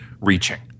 reaching